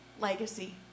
legacy